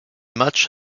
matches